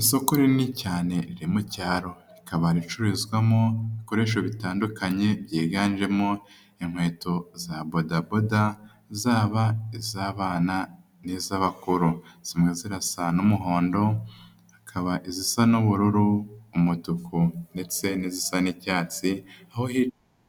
Isoko rinini cyane riri mu cyaro, rikaba ricururizwamo ibikoresho bitandukanye, byiganjemo inkweto za bodaboda, zaba iz'abana n'iz'abakuru. Zimwe zirasa n'umuhondo, hakaba izisa n'ubururu, umutuku ndetse n'izisa n'icyatsi. Aho hari